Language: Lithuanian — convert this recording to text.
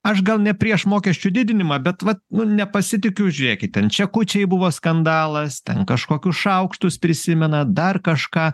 aš gal ne prieš mokesčių didinimą bet vat nu nepasitikiu žiurėkit ten čekučiai buvo skandalas ten kažkokius šaukštus prisimena dar kažką